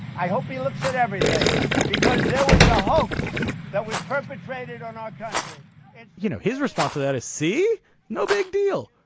i hope he looks at everything because there was a home that was perpetrated on our country and you know his response to that is see no big deal.